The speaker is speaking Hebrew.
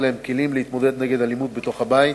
להן כלים להתמודד נגד אלימות בתוך הבית,